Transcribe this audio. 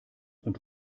und